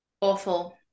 awful